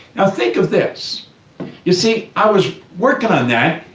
now think of this you see, i was working on that,